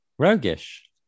Roguish